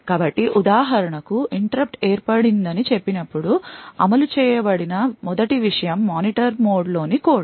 కాబట్టి ఉదాహరణకు interrupt ఏర్పడిందని చెప్పినప్పుడు అమలు చేయబడిన మొదటి విషయం మానిటర్ మోడ్mode లోని కోడ్